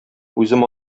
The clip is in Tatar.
үзем